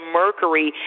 mercury